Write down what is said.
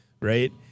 Right